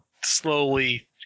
slowly